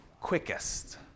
quickest